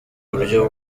uburyo